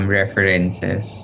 references